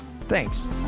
Thanks